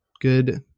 good